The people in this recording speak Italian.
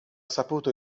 saputo